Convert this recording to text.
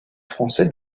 français